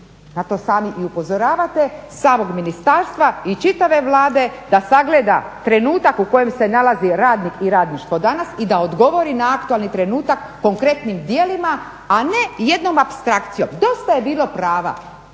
a to sami i upozoravate samog ministarstva i čitave Vlade da sagleda trenutak u kojem se nalazi radnik i radništvo danas i da odgovori na aktualni trenutak konkretnim djelima a ne jednom apstrakcijom. Dosta je bilo prava